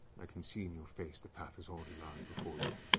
i can see in your face the path is already lying before you.